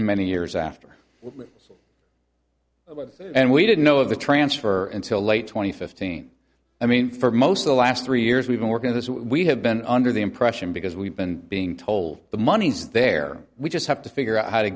many years after it was and we didn't know of the transfer until late two thousand and fifteen i mean for most of the last three years we've been working on this we have been under the impression because we've been being told the money's there we just have to figure out how to